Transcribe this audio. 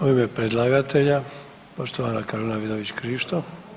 U ime predlagatelja poštovana Karolina Vidović Krišto.